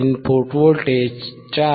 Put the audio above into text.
input voltage 4